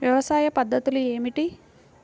వ్యవసాయ పద్ధతులు ఏమిటి?